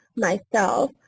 myself,